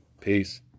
Peace